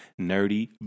nerdy